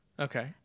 Okay